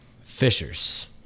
fishers